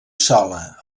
sola